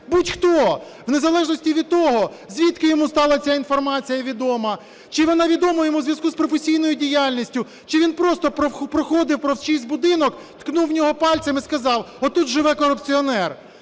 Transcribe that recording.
будь-хто, в незалежності від того, звідки йому стала ця інформація відома: чи вона відома йому у зв'язку з професійною діяльністю, чи він просто проходив повз чийсь будинок, ткнув у нього пальцем і сказав, тут живе корупціонер.